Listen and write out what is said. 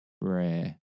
rare